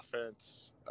offense